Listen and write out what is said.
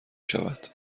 شود